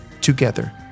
together